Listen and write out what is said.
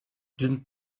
d’une